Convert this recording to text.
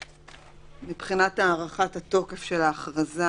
מבחינת הארכת התוקף של ההכרזה,